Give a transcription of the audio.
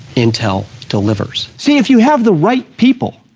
intel delivers. see, if you have the right people